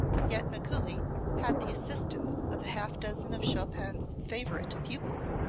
yet mikuli had the assistance of a half dozen of chopin's favorite pupils,